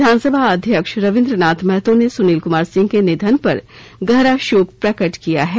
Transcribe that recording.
विधानसभा अध्यक्ष रबीन्द्र नाथ महतो ने सुनिल कुमार सिंह के निधन पर गहरा शोक प्रकट किया है